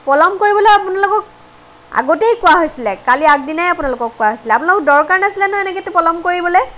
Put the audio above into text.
পলম কৰিবলৈ আপোনালোকক আগতেই কোৱা হৈছিলে কালি আগদিনাই আপোনালোকক কোৱা হৈছিলে আপোনালোক দৰকাৰ নাছিলে নহয় এনেকে পলম কৰিবলে